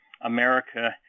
America